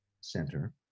center